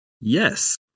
Yes